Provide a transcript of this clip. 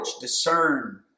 discern